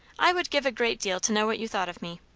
i would give a great deal to know what you thought of me.